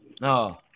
No